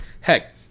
Heck